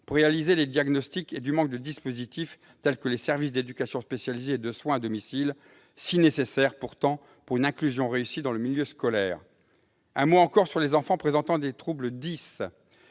pour réaliser les diagnostics et du manque de dispositifs tels que les services d'éducation spéciale et de soins à domicile, pourtant si nécessaires pour une inclusion réussie dans le milieu scolaire. Par ailleurs, les enfants présentant des troubles « dys